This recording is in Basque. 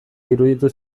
iruditu